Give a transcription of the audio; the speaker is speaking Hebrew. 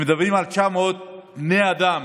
ומדברים על 900 בני אדם